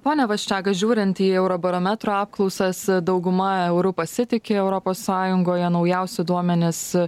pone vasčiagas žiūrint į eurobarometro apklausas dauguma euru pasitiki europos sąjungoje naujausi duomenys